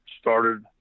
started